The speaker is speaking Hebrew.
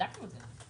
בדקנו את זה.